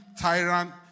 tyrant